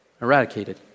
eradicated